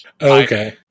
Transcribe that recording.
Okay